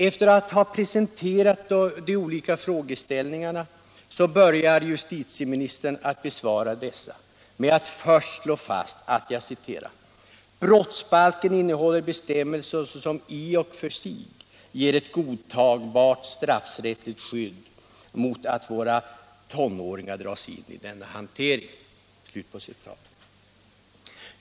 Efter att ha presenterat de olika frågeställningarna börjar justitieministern att besvara dessa med att först slå fast att ”brottsbalken innehåller bestämmelser som i och för sig ger ett godtagbart straffrättsligt skydd mot att våra tonåringar dras in i denna hantering”.